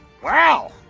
Wow